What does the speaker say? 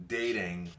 dating